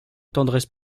tendresse